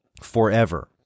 forever